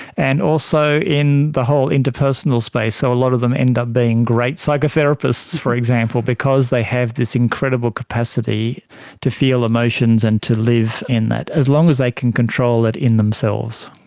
and also in the whole interpersonal space. so a lot of them end up being great psychotherapists, for example, because they have this incredible capacity to feel emotions and to live in that. as long as they can control it in themselves.